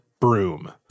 broom